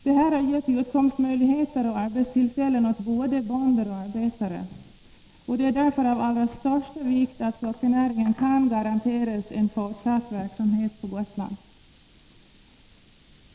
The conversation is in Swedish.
Detta har givit utkomstmöjlighe ter och arbetstillfällen åt både bönder och arbetare. Det är därför av allra största vikt att sockernäringen kan garanteras fortsatt verksamhet på Gotland.